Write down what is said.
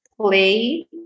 play